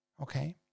okay